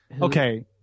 Okay